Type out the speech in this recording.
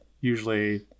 usually